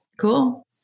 Cool